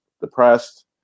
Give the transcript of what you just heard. depressed